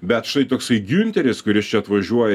bet štai toksai giunteris kuris čia atvažiuoja